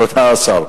תודה, השר.